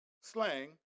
slang